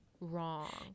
wrong